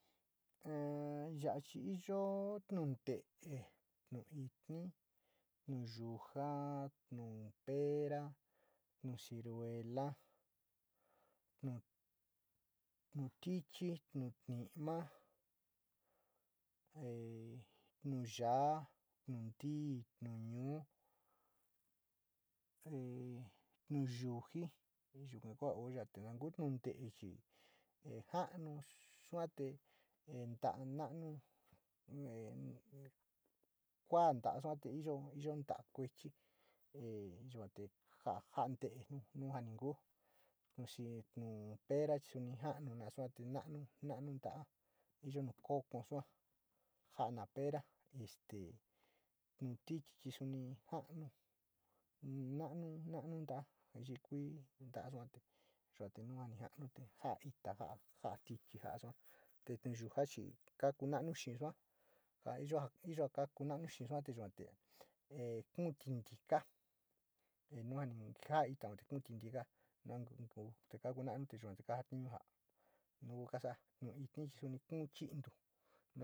Ya´a chi iyo nu nte´e, nu itni, nu yuja, nu pera, nu ciruela, nu tikui nu ntima, nu yaa, nu intii, nu tuo, nu viji yuka nu o yao, tee chi sino sua te e ntiana noinu sua yuate nu o kuechi, yoa te ja, sa kuechi tuo, nu pera chi suunt joana te nu o kuechi, yoa te ja mee toko sua saa nu pero, tilch chi sino naa nu te maranu inida xi tuo nu tuwanta xee sua te liyo ja kaku te nu yuja, ye suunta kuechi xee sua jo liyo ja kaku mana kee yua te kuu tintiza, jera, ja te kuu tintiza te ka ku ma´anu, no itni suni kuu chiitu.